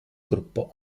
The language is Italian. gruppo